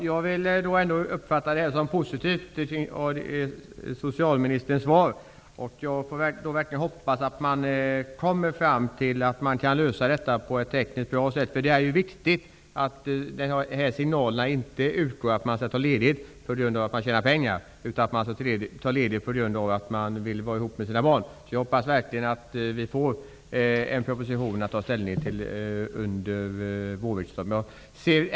Herr talman! Jag uppfattar socialministerns svar som positivt. Jag hoppas verkligen att man kan lösa detta på ett tekniskt bra sätt. Det är viktigt att det inte utgår signaler att man skall ta ledigt för att tjäna pengar. Man skall ta ledigt för att man vill vara tillsammans med sina barn. Jag hoppas verkligen att vi får en proposition att ta ställning till under vårriksdagen.